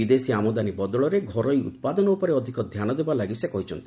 ବିଦେଶୀ ଆମଦାନୀ ବଦଳରେ ଘରୋଇ ଉତ୍ପାଦନ ଉପରେ ଅଧିକ ଧ୍ୟାନ ଦେବା ଲାଗି ସେ କହିଛନ୍ତି